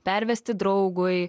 pervesti draugui